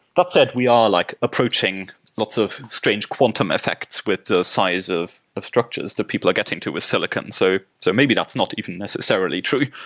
that said, we are like approaching lots of strange quantum effects with the size of of structures that people are getting to with silicon. so so maybe that's not even necessarily true.